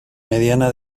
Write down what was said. mediana